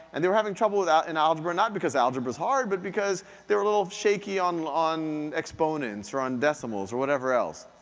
and they were having trouble in algebra, not because algebra's hard, but because they were a little shaky on on exponents, or on decimals, or whatever else.